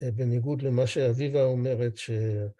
בניגוד למה שאביבה אומרת ש...